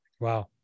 wow